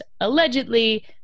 allegedly